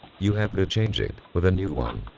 you have to change it with a new one.